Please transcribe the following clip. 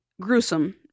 Gruesome